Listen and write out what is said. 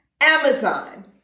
Amazon